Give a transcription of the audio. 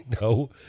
No